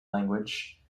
language